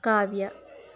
ಕಾವ್ಯ